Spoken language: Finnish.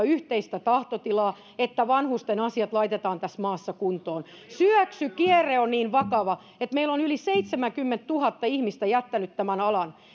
yhteistä poliittista tahtotilaa että vanhusten asiat laitetaan tässä maassa kuntoon syöksykierre on niin vakava että meillä on yli seitsemänkymmentätuhatta ihmistä jättänyt tämän alan